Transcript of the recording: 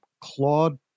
Claude